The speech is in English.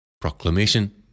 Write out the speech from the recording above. proclamation